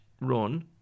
run